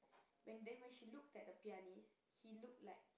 when then when she look at the pianist he look like